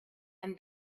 and